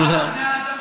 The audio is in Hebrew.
מאיפה פתאום?